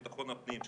לבטחון הפנים,